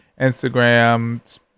instagram